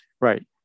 Right